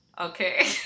okay